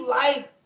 life